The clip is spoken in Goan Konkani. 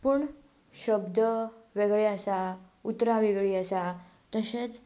पूण शब्द वेगळें आसा उतरां वेगळीं आसा तशेंच